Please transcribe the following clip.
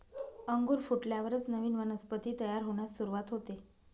अंकुर फुटल्यावरच नवीन वनस्पती तयार होण्यास सुरूवात होते